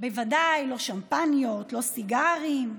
בוודאי לא שמפניות, לא סיגרים.